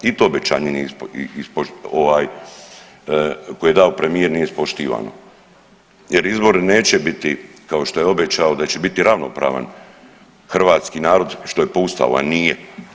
I to obećanje koje je dao premijer nije ispoštivano, jer izbori neće biti kao što je obećao da će biti ravnopravan hrvatski narod što je po Ustavu, a nije.